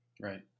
Right